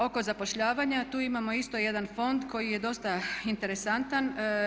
Oko zapošljavanja tu imamo isto jedan fond koji je dosta interesantan.